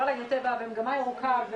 מגמה ירוקה,